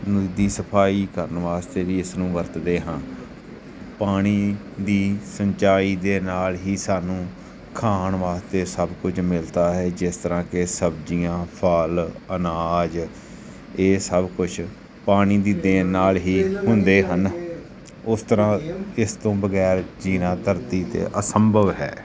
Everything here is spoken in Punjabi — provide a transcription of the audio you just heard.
ਦੀ ਸਫ਼ਾਈ ਕਰਨ ਵਾਸਤੇ ਵੀ ਇਸ ਨੂੰ ਵਰਤਦੇ ਹਾਂ ਪਾਣੀ ਦੀ ਸਿੰਚਾਈ ਦੇ ਨਾਲ ਹੀ ਸਾਨੂੰ ਖਾਣ ਵਾਸਤੇ ਸਭ ਕੁਝ ਮਿਲਦਾ ਹੈ ਜਿਸ ਤਰ੍ਹਾਂ ਕਿ ਸਬਜ਼ੀਆਂ ਫਲ ਅਨਾਜ ਇਹ ਸਭ ਕੁਛ ਪਾਣੀ ਦੀ ਦੇਣ ਨਾਲ ਹੀ ਹੁੰਦੇ ਹਨ ਉਸ ਤਰ੍ਹਾਂ ਇਸ ਤੋਂ ਬਗੈਰ ਜੀਉਣਾ ਧਰਤੀ 'ਤੇ ਅਸੰਭਵ ਹੈ